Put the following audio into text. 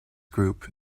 group